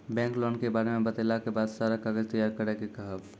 Bank loan के बारे मे बतेला के बाद सारा कागज तैयार करे के कहब?